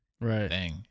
right